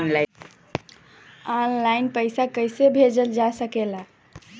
आन line पईसा कईसे भेजल जा सेकला?